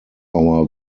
our